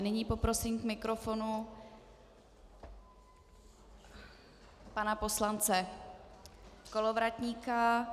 Nyní poprosím k mikrofonu pana poslance Kolovratníka.